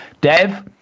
Dev